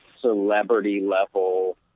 celebrity-level